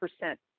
percent